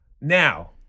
Now